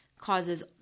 causes